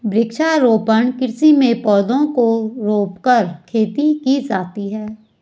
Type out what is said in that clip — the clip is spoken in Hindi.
वृक्षारोपण कृषि में पौधों को रोंपकर खेती की जाती है